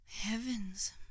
Heavens